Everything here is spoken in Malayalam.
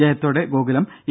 ജയത്തോടെ ഗോകുലം എ